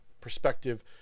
perspective